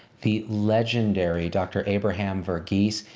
the legendary dr. abraham verghese.